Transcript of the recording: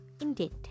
indeed